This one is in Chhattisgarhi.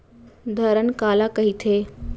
धरण काला कहिथे?